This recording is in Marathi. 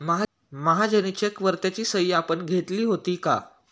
महाजनी चेकवर त्याची सही आपण घेतली होती का?